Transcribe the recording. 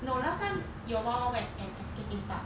no last time your wild when at escape theme park